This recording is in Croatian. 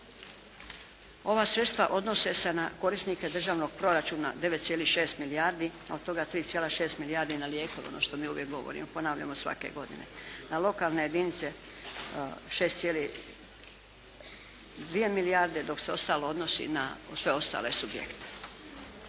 Ova sredstva odnose se na korisnike državnog proračuna 9,6 milijardi, a od toga 3,6 milijardi na lijekove ono što mi uvijek govorimo ponavljamo svake godine. Na lokalne jedinice 6,2 milijarde, dok se ostalo odnosi na sve ostale subjekte.